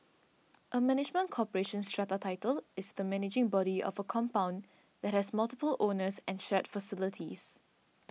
a management corporation strata title is the managing body of a compound that has multiple owners and shared facilities